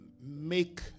make